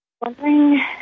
Wondering